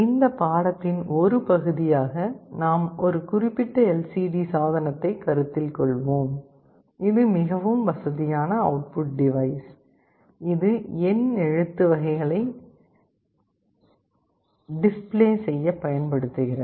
இந்த பாடத்தின் ஒரு பகுதியாக நாம் ஒரு குறிப்பிட்ட எல்சிடிசாதனத்தைக் கருத்தில் கொள்வோம் இது மிகவும் வசதியான அவுட்புட் டிவைஸ் இது எண்ணெழுத்து எழுத்துக்களைக் டிஸ்ப்ளே செய்ய பயன்படுகிறது